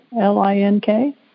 L-I-N-K